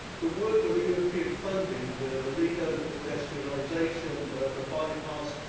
the work with the european funding, the the lido, the pedestrianisation, the the bypass,